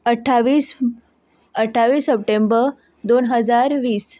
अठ्ठावीस अठ्ठावीस सप्टेंबर दोन हजार वीस